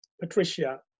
Patricia